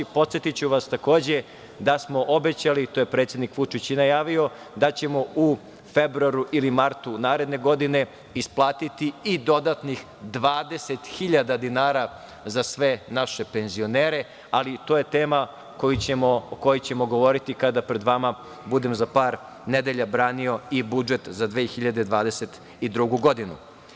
Podsetiću vas da smo obećali, to je predsednik Vučić i najavio, da ćemo u februaru ili martu naredne godine isplatiti i dodatnih 20.000 dinara za sve naše penzionere, ali to je tema o kojoj ćemo govoriti kada pred vama budem za par nedelja branio i budžet za 2022. godinu.